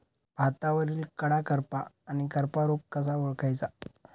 भातावरील कडा करपा आणि करपा रोग कसा ओळखायचा?